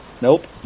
Nope